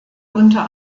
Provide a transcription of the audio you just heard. unter